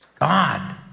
God